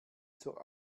zur